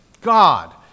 God